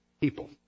people